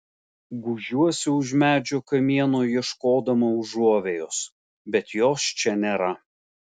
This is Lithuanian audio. gūžiuosi už medžio kamieno ieškodama užuovėjos bet jos čia nėra